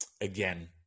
again